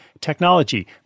technology